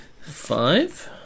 Five